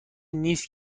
نیست